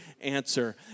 answer